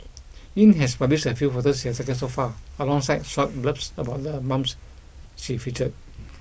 Yin has published a few photos she has taken so far alongside short blurbs about the moms she featured